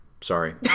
Sorry